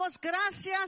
gracias